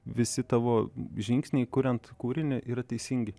visi tavo žingsniai kuriant kūrinį yra teisingi